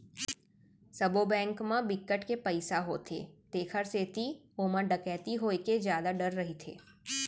सबो बेंक म बिकट के पइसा होथे तेखर सेती ओमा डकैती होए के जादा डर रहिथे